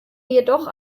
jedoch